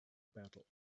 battle